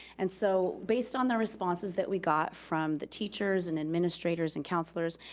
and so based on the responses that we got from the teachers and administrators and counselors,